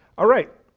all right,